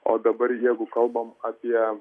o dabar jeigu kalbam apie